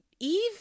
Eve